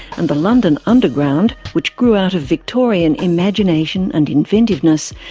and the london underground, which grew out of victorian imagination and inventiveness,